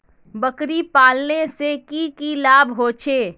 बकरी पालने से की की लाभ होचे?